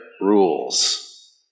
rules